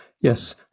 Yes